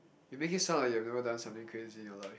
you make it sound like you've never done something crazy in your life